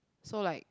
so like